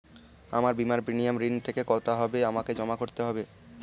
আমার বিমার প্রিমিয়াম ঋণ থেকে কাটা হবে না আমাকে জমা করতে হবে?